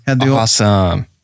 Awesome